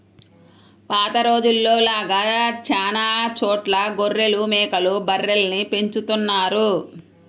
పాత రోజుల్లో లాగా చానా చోట్ల గొర్రెలు, మేకలు, బర్రెల్ని పెంచుతున్నారు